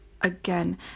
again